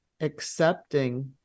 accepting